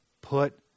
Put